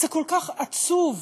וזה כל כך עצוב